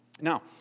Now